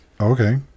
Okay